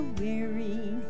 weary